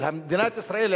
של מדינת ישראל,